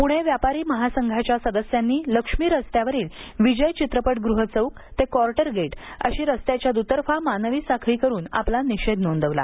पुणे व्यापारी महासंघाच्या सदस्यांनी लक्ष्मी रस्त्यावरील विजय चित्रपटगृह चौक ते कॉर्टर गेट अशी रस्ताच्या द्तर्फा मानवी साखळी करून आपला निषेध नोंदवला